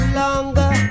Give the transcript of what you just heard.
longer